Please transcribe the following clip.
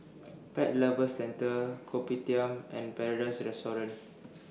Pet Lovers Centre Kopitiam and Paradise Restaurant